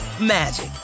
magic